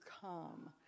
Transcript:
come